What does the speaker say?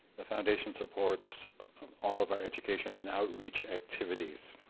the foundation supports all of our education and outreach activities.